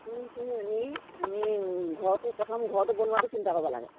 আমি আমি ঘৰটো প্ৰথম ঘৰটো বনোৱাটো চিন্তা কৰিব লাগে